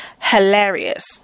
hilarious